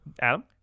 Adam